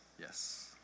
Yes